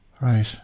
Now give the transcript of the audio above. Right